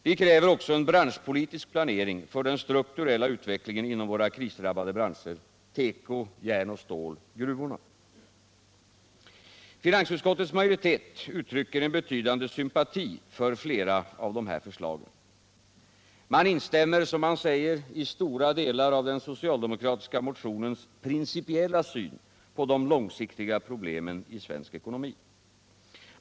Vi kräver också en branschpolitisk planering för den strukturella utvecklingen inom våra krisdrabbade branscher — teko, järn och stål, gruvorna. Finansutskottets majoritet uttrycker en betydande sympati för flera av de här förslagen. Man instämmer, som man säger, i stora delar av den socialdemokratiska motionens principiella syn på de långsiktiga problemen i svensk ekonomi.